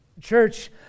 Church